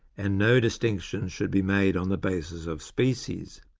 and no distinction should be made on the basis of species.